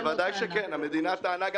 בוודאי שכן, המדינה טענה.